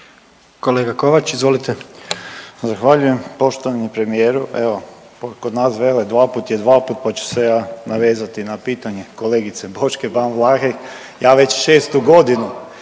Kolega Kovač izvolite.